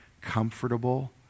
comfortable